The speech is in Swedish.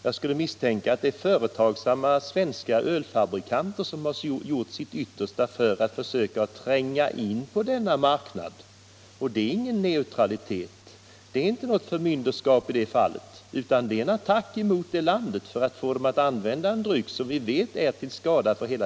Jag skulle misstänka att det är företagsamma svenska ölfabrikanter som gjort sitt yttersta för att försöka tränga in på denna marknad. Det är ingen neutralitet, utan det är en attack mot det landet för att få folket där att använda en dryck som vi vet är till skada.